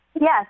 Yes